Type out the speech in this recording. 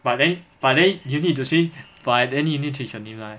but then but then you need to see by then you need to submit right